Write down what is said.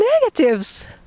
Negatives